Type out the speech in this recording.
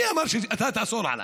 מי אמר שאתה תאסור עליי?